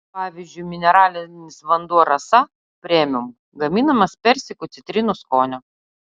pavyzdžiui mineralinis vanduo rasa premium gaminamas persikų citrinų skonio